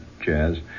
jazz